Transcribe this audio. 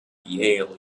yale